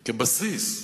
כבסיס.